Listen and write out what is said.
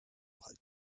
halten